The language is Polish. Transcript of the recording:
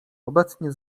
obecnie